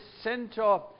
center